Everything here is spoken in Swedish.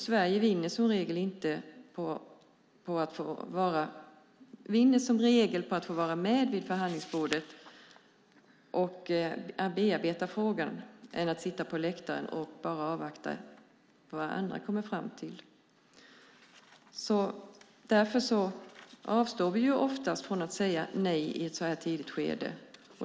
Sverige vinner som regel på att få vara med vid förhandlingsbordet och bearbeta frågan än att sitta på läktaren och bara avvakta vad andra kommer fram till. Vi avstår därför oftast från att säga nej i ett så här tidigt skede.